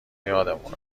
یادمون